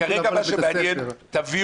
שיחליטו